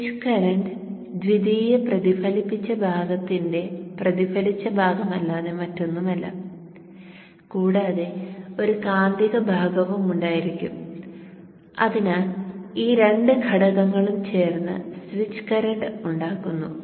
switch current ദ്വിതീയ പ്രതിഫലിച്ച ഭാഗത്തിന്റെ പ്രതിഫലിച്ച ഭാഗമല്ലാതെ മറ്റൊന്നുമല്ല കൂടാതെ ഒരു കാന്തിക ഭാഗവും ഉണ്ടായിരിക്കും അതിനാൽ ഈ രണ്ട് ഘടകങ്ങളും ചേർന്ന് സ്വിച്ച് കറന്റ് ഉണ്ടാക്കുന്നു